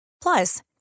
Plus